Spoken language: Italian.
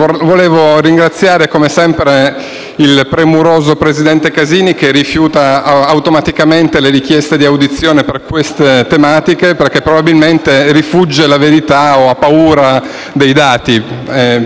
il premuroso presidente Casini che rifiuta automaticamente le richieste di audizioni per queste tematiche. Infatti, probabilmente rifugge la verità o ha paura dei dati. Bisogna andare sempre per ideologia.